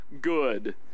good